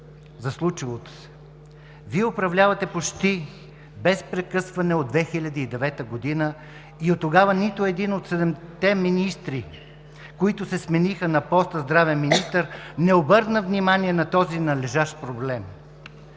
за случилото се? Вие управлявате почти без прекъсване от 2009 г. и оттогава нито един от седемте министри, които се смениха на поста „здравен министър“, не обърна внимание на този належащ проблем.